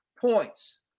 points